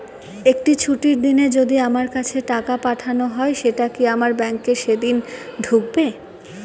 একটি ছুটির দিনে যদি আমার কাছে টাকা পাঠানো হয় সেটা কি আমার ব্যাংকে সেইদিন ঢুকবে?